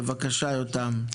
בבקשה יותם.